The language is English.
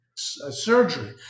surgery